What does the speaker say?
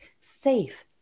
safe